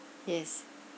yes